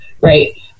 right